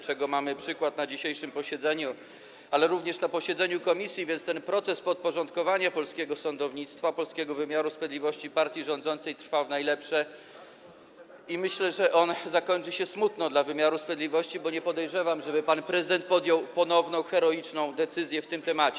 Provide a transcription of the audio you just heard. czego mamy przykład na dzisiejszym posiedzeniu, ale również na posiedzeniu komisji, więc ten proces podporządkowania polskiego sądownictwa, polskiego wymiaru sprawiedliwości partii rządzącej trwa w najlepsze i myślę, że on zakończy się smutno dla wymiaru sprawiedliwości, bo nie podejrzewam, żeby pan prezydent podjął ponowną heroiczną decyzję w tym temacie.